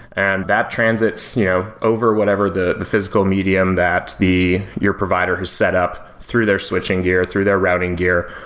and that transits you know over whatever the physical medium that the your provider has set up through their switching gear, through their routing gear,